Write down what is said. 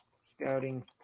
Scouting